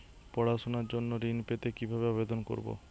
পড়াশুনা জন্য ঋণ পেতে কিভাবে আবেদন করব?